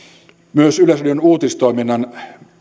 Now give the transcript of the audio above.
myös yleisradion uutistoiminnan